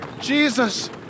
Jesus